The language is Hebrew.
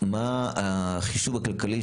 מה החישוב הכלכלי,